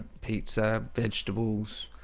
pizza vegetables,